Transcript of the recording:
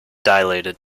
dilated